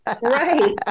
Right